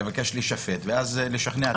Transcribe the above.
לבקש להישפט ואז לשכנע את בית המשפט.